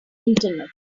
internet